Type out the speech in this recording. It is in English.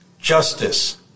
justice